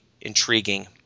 intriguing